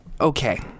okay